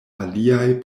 aliaj